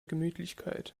gemütlichkeit